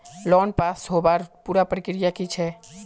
Loan पास होबार पुरा प्रक्रिया की छे?